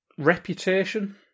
Reputation